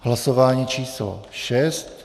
Hlasování číslo 6.